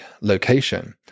location